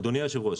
אדוני היושב-ראש,